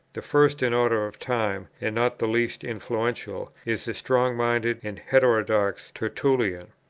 the first in order of time, and not the least influential, is the strong-minded and heterodox tertullian.